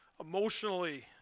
emotionally